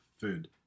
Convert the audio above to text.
food